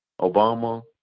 Obama